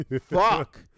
Fuck